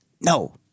no